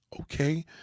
okay